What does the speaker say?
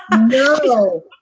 No